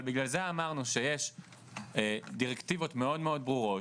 אבל בגלל זה אמרנו שיש דירקטיבות מאוד ברורות.